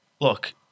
look